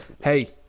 Hey